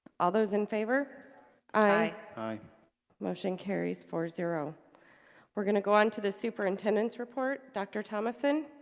all those in favor aye aye motion carries four zero we're gonna go on to the superintendent's report. dr. thomason